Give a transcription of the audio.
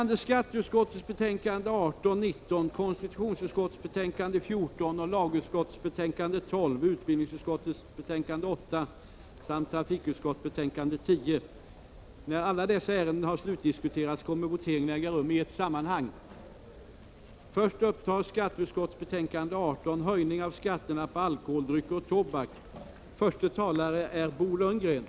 Dessa betänkanden debatteras i nu nämnd ordning. Voteringarna äger rum i ett sammanhang efter avslutad debatt. Först upptas socialutskottets betänkande 9 om vissa lagstiftningsåtgärder mot spridningen av LA V/HTLV-III-infektion.